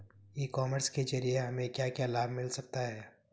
ई commerce के ज़रिए हमें क्या क्या लाभ मिल सकता है?